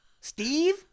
Steve